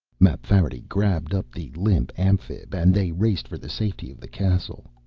mapfarity grabbed up the limp amphib and they raced for the safety of the castle.